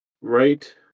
Right